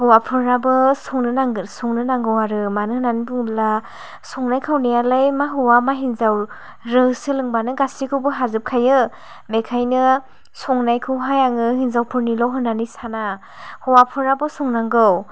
हौवाफोराबो संनो नांगोन संनो नांगौ आरो मानो होन्नानै बुङोब्ला संनाय खावनायालाय मा हौवा मा हिनजाव जों सोलोंबानो गासैखौबो हाजोबखायो बेखायनो संनायखौहाय आङो हिन्जावफोरनिल' होन्नानै साना हौवाफोराबो संनांगौ